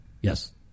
Yes